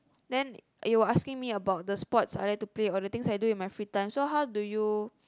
then you were asking me about the sports I like to play or the things I do in my free time so how do you